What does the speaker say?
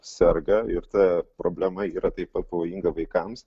serga ir ta problema yra taip pat pavojinga vaikams